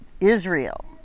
Israel